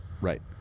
Right